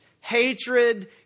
Hatred